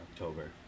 October